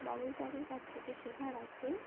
বাবুই পাখির কাছ থেকে শেখার আছে